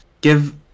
give